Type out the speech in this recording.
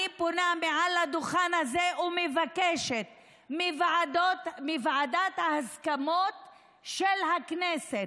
אני פונה מעל הדוכן הזה ומבקשת מוועדת ההסכמות של הכנסת,